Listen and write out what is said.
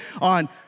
on